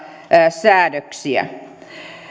säädöksiä